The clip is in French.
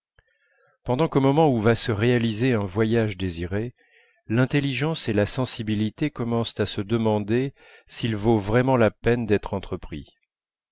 pendant qu'au moment où va se réaliser un voyage désiré l'intelligence et la sensibilité commencent à se demander s'il vaut vraiment la peine d'être entrepris